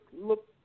look